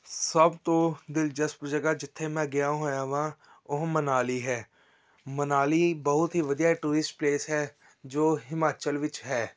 ਸਭ ਤੋਂ ਦਿਲਚਸਪ ਜਗ੍ਹਾ ਜਿੱਥੇ ਮੈਂ ਗਿਆ ਹੋਇਆ ਵਾਂ ਉਹ ਮਨਾਲੀ ਹੈ ਮਨਾਲੀ ਬਹੁਤ ਹੀ ਵਧੀਆ ਟੂਰਿਸਟ ਪਲੇਸ ਹੈ ਜੋ ਹਿਮਾਚਲ ਵਿੱਚ ਹੈ